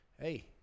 Hey